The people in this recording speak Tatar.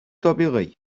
табигый